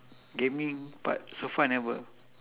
gaming but so far I never